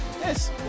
Yes